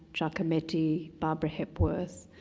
jacometi, barbara hepworth,